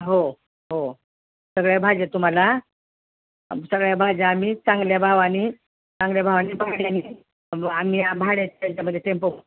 हो हो सगळ्या भाज्या तुम्हाला सगळ्या भाज्या आम्ही चांगल्या भावाने चांगल्या भावाने भाड्याने आम्ही भाड्याच्या ह्याच्यामध्ये टेंपो